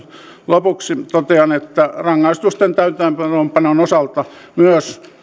lopuksi totean että rangaistusten täytäntöönpanon osalta myös